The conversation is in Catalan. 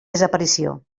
desaparició